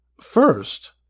First